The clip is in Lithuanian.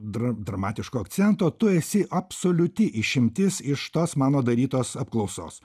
dra dramatiško akcento tu esi absoliuti išimtis iš tos mano darytos apklausos